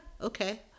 okay